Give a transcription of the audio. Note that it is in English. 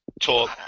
talk